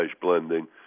blending